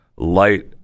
light